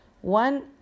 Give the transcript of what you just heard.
One